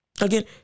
Again